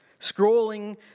Scrolling